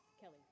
Kelly